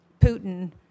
Putin